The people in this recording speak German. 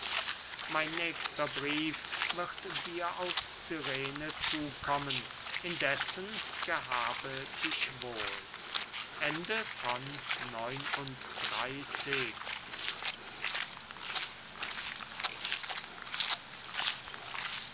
mein nächster brief wird dir aus cyrene zukommen indessen gehabe dich wohl xl